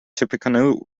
tippecanoe